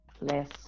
less